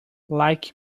like